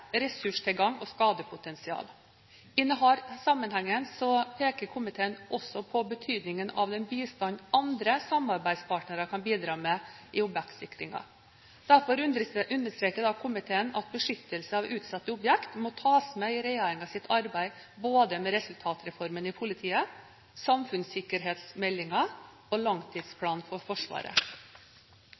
ressurstilgang og skadepotensial. I denne sammenhengen peker komiteen også på betydningen av den bistanden andre samarbeidspartnere kan bidra med i objektsikringen. Derfor understreker komiteen at beskyttelse av utsatte objekter må tas med i regjeringens arbeid, både med resultatreformen i politiet, samfunnssikkerhetsmeldingen og langtidsplanen for Forsvaret.